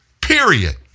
period